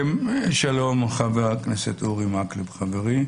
שלום, חבר הכנסת אורי מקלב חברי.